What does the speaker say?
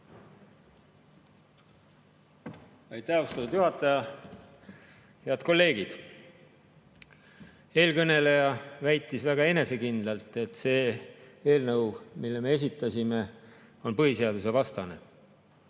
Aitäh, austatud juhataja! Head kolleegid! Eelkõneleja väitis väga enesekindlalt, et see eelnõu, mille me esitasime, on põhiseadusevastane.